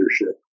leadership